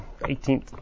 18th